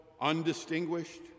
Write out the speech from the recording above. undistinguished